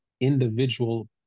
individual